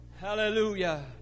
Hallelujah